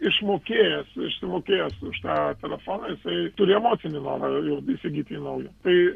išmokėjęs išsimokėjęs už tą telefoną jisai turi emocinį norą jau įsigyti naują tai